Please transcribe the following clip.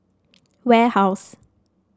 warehouse